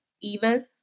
Eva's